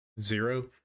Zero